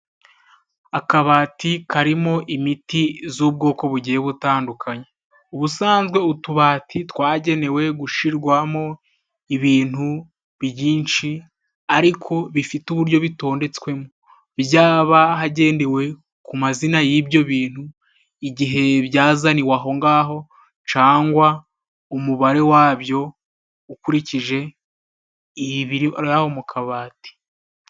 Akabati karimo imiti z'ubwoko bugiye butandukanye. Ubusanzwe utubati twagenewe gushirwamo ibintu byinshi, ariko bifite uburyo bitondetswemo, byaba hagendewe ku mazina y'ibyo bintu, igihe byazaniwe ahongaho, cyangwa umubare wabyo ukurikije ibiri aho mu kabati.